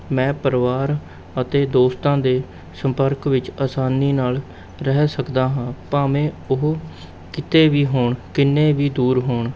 ਮੈਂ ਪਰਿਵਾਰ ਅਤੇ ਦੋਸਤਾਂ ਦੇ ਸੰਪਰਕ ਵਿੱਚ ਆਸਾਨੀ ਨਾਲ ਰਹਿ ਸਕਦਾ ਹਾਂ ਭਾਵੇਂ ਉਹ ਕਿਤੇ ਵੀ ਹੋਣ ਕਿੰਨੇ ਵੀ ਦੂਰ ਹੋਣ